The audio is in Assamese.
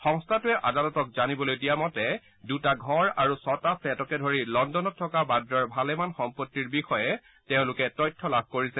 সংস্থাটোৱে আদালতক জানিবলৈ দিয়া মতে দুটা ঘৰ আৰু ছটা ফ্লেটকে ধৰি লণ্ডনত থকা ৱাদ্ৰাৰ ভালেমান সম্পত্তিৰ বিষয়ে তেওঁলোকে তথ্য লাভ কৰিছে